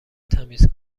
تمیز